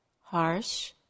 harsh